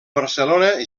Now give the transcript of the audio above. barcelona